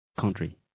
country